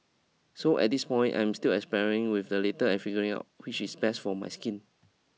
so at this point I'm still expiring with the later and figuring out which is best for my skin